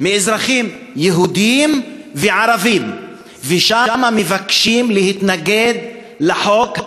מאזרחים יהודים וערבים שמבקשים להתנגד לחוק הזה.